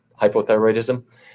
hypothyroidism